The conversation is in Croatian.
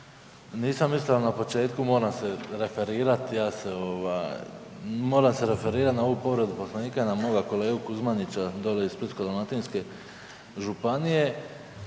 Nisam mislio ali na početku moram se referirati na ovu povredu Poslovnika na moga kolegu Kuzmanića dole iz Splitsko-dalmatinske županije